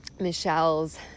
Michelle's